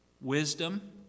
Wisdom